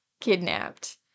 kidnapped